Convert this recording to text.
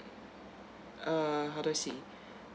uh how to say